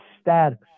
status